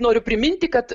noriu priminti kad